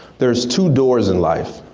there's two doors in life.